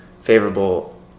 favorable